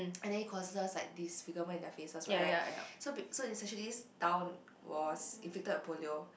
and then it causes like disfigurement in their faces [what] right so be~ so this actually this town was inflicted with Polio